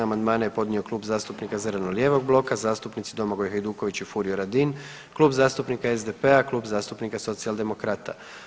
Amandmane je podnio Klub zastupnika zeleno-lijevog bloka, zastupnici Domagoj Hajduković i Furio Radin, Klub zastupnika SDP-a, Klub zastupnika socijaldemokrata.